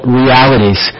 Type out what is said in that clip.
realities